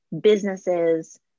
businesses